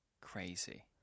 crazy